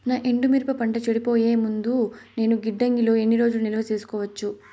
నా ఎండు మిరప పంట చెడిపోయే ముందు నేను గిడ్డంగి లో ఎన్ని రోజులు నిలువ సేసుకోవచ్చు?